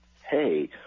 Hey